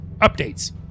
Updates